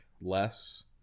less